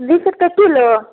बीस रुपए किलो